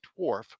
dwarf